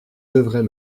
devrais